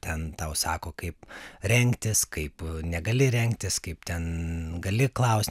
ten tau sako kaip rengtis kaip negali rengtis kaip ten gali klaust